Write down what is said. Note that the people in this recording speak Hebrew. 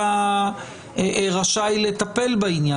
מי רשאי לטפל בעניין?